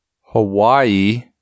Hawaii